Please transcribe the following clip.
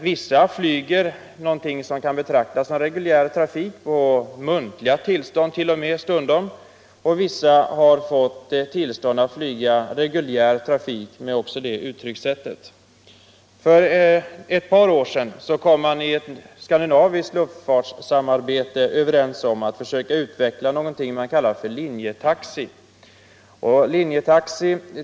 Vissa flyger något som kan betraktas som reguljär trafik, stundom efter muntligt tillstånd. Andra flyger reguljär trafik efter inofficiella regler och praxis. För ett par år sedan kom man i ett skandinaviskt luftfartssamarbete överens om att försöka utveckla något som kallades linjetaxi.